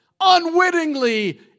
unwittingly